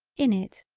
in it.